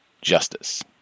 justice